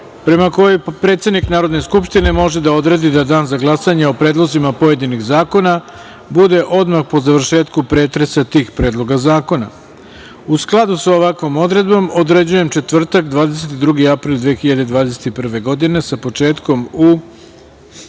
prema kojoj predsednik Narodne skupštine može da odredi dan za glasanje o predlozima pojedinih zakona bude odmah po završetku pretresa tih predloga zakona.U skladu sa ovakvom odredbom, određujem četvrtak 22. april 2021. godine, sa početkom u